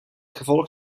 gevolg